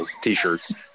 t-shirts